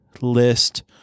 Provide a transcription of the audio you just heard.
list